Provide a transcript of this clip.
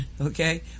Okay